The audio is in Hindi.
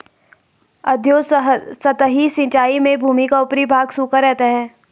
अधोसतही सिंचाई में भूमि का ऊपरी भाग सूखा रहता है